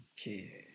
Okay